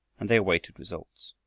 and they awaited results.